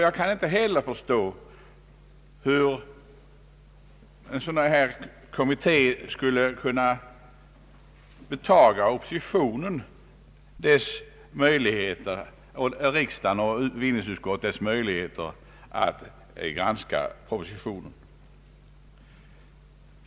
Jag kan inte heller förstå hur en sådan kommitté skulle kunna betaga oppositionens representanter i riksdagen och bevillningsutskottet deras möjligheter att granska propositionen.